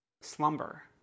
slumber